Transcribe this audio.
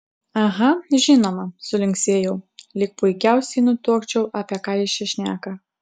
aha žinoma sulinksėjau lyg puikiausiai nutuokčiau apie ką jis čia šneka